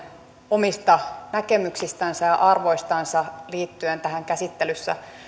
omista näkemyksistänsä ja arvoistansa liittyen tähän käsittelyssä